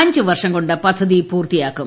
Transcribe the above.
അഞ്ച് വർഷം കൊണ്ട് പദ്ധതി പൂർത്തിയാക്കും